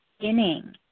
beginning